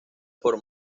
por